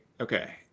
Okay